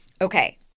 Okay